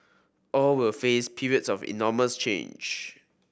all will face periods of enormous change